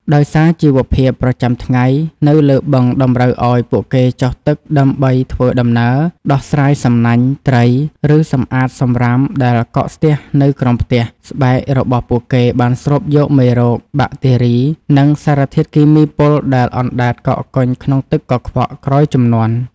ដោយសារជីវភាពប្រចាំថ្ងៃនៅលើបឹងតម្រូវឱ្យពួកគេចុះទឹកដើម្បីធ្វើដំណើរ ដោះស្រាយសំណាញ់ត្រី ឬសម្អាតសម្រាមដែលកកស្ទះនៅក្រោមផ្ទះ ស្បែករបស់ពួកគេបានស្រូបយកមេរោគ បាក់តេរី និងសារធាតុគីមីពុលដែលអណ្ដែតកកកុញក្នុងទឹកកខ្វក់ក្រោយជំនន់។